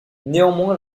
néanmoins